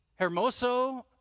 Hermoso